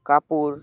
Kapoor